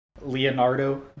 Leonardo